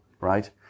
right